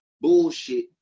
bullshit